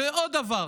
ועוד דבר: